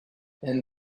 then